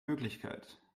möglichkeit